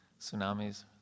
tsunamis